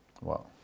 Wow